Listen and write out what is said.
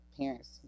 parents